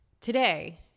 today